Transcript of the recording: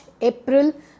April